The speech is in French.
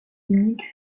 uniques